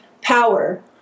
power